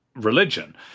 religion